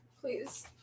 please